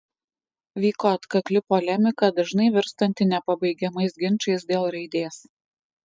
vyko atkakli polemika dažnai virstanti nepabaigiamais ginčais dėl raidės